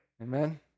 Amen